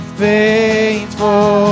faithful